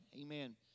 Amen